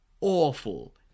awful